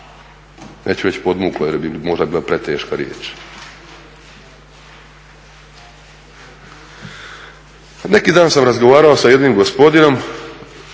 Neću reći podmuklo jer bi možda bila preteška riječ. Neki dan sam razgovarao sa jednim gospodinom